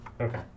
Okay